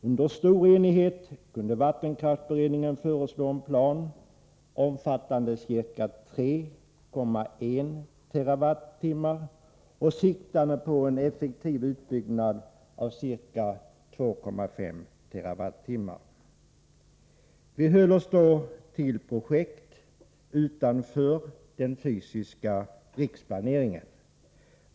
Under stor enighet kunde vattenkraftsberedningen föreslå en plan omfattande ca 3,1 TWh och siktande på en effektiv utbyggnad av ca 2,5 TWh. Vi höll oss då till projekt utanför den fysiska riksplaneringen.